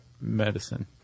medicine